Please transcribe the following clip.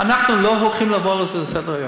אנחנו לא הולכים לעבור על זה לסדר-היום.